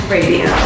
Radio